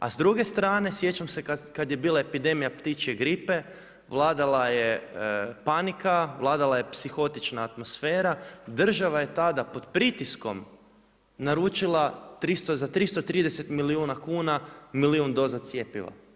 A s druge strane, sjećam se kad je bila epidemija ptičje gripe, vladala je panika, vladala je psihotična atmosfera, država je tada pod pritiskom naručila za 330 milijuna kuna, milijun doza cjepiva.